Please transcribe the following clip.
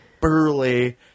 burly